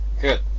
good